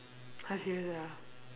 !huh! serious ah